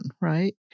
right